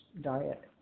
diet